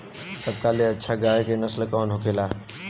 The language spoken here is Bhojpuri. सबका ले अच्छा गाय के नस्ल कवन होखेला?